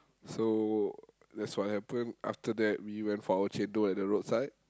so that's what happen after that we went for our chendol at the roadside